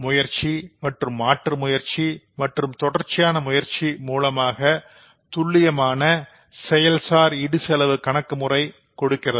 முயற்சி மற்றும் மாற்று முயற்சி மற்றும் தொடர்ச்சியான முயற்சி மூலமாக துல்லியமான செயல்சார் இடுசெலவு கணக்கு முறை கொடுக்கிறது